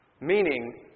Meaning